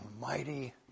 mighty